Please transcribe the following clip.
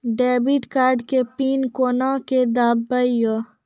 Debit card के PIN कोना के बदलबै यो?